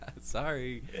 Sorry